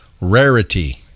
rarity